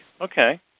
Okay